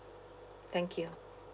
thank you